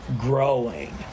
growing